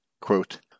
Quote